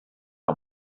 que